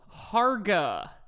Harga